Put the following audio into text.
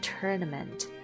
tournament